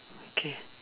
okay